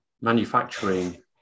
manufacturing